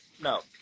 no